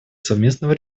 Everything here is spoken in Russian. совместного